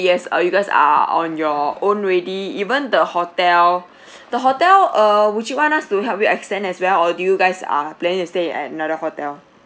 yes uh you guys are on your own already even the hotel the hotel err would you want us to help you extend as well or do you guys are planning to stay at another hotel